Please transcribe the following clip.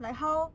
like how